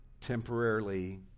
temporarily